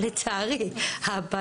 לצערי, יש גם רופאים שהם פחות.